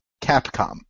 Capcom